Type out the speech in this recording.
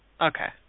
Okay